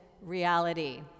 reality